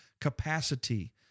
capacity